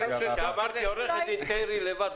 --- כשאמרתי עורכת-דין טירי לבד,